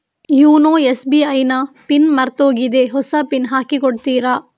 YONO SBI ನ PIN ಮರ್ತೋಗಿದೆ ಹೊಸ ಪಿನ್ ಹಾಕಿ ಕೊಡ್ತೀರಾ?